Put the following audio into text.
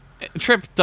Trip